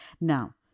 Now